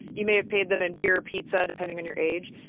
you may have paid them in beer or pizza, depending on your age.